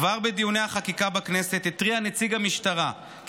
כבר בדיוני החקיקה בכנסת התריע נציג המשטרה כי